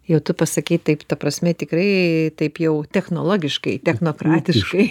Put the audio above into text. jau tu pasakei taip ta prasme tikrai taip jau technologiškai technokratiškai